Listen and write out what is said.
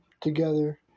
together